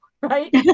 right